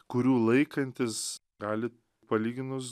kurių laikantis gali palyginus